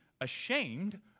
ashamed